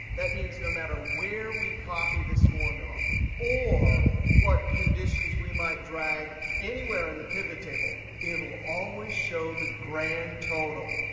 that means no matter where we copy this formula or what conditions we might drag anywhere in the pivot table, it'll always show the grand total.